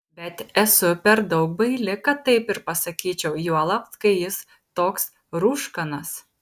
bet esu per daug baili kad taip ir pasakyčiau juolab kai jis toks rūškanas